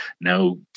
Now